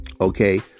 Okay